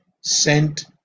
sent